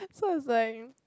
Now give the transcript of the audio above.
so it's like